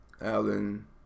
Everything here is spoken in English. Alan